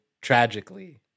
tragically